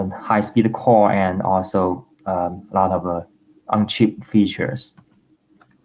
um high-speed core and also a lot of ah unchipped features